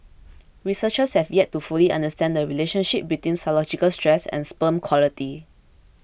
researchers have yet to fully understand the relationship between psychological stress and sperm quality